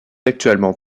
actuellement